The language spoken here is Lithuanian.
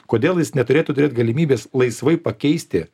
kodėl jis neturėtų turėt galimybės laisvai pakeisti